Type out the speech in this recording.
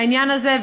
העניין הזה,